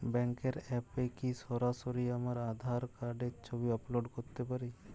ব্যাংকের অ্যাপ এ কি সরাসরি আমার আঁধার কার্ড র ছবি আপলোড করতে পারি?